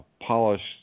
polished